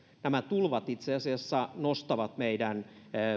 nämä tulvat itse asiassa nostavat meidän